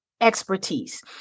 expertise